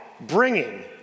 bringing